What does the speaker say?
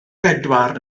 bedwar